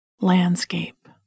Landscape